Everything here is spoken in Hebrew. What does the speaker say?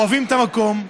אוהבים את המקום,